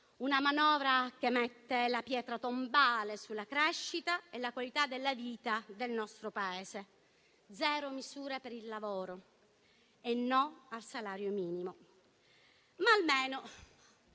Una manovra che mette la pietra tombale sulla crescita e sulla qualità della vita nel nostro Paese. Zero misure per il lavoro e no al salario minimo. Almeno